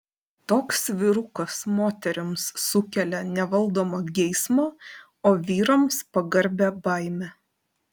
toks vyrukas moterims sukelia nevaldomą geismą o vyrams pagarbią baimę